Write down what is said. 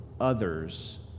others